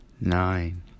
nine